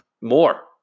more